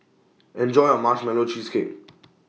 Enjoy your Marshmallow Cheesecake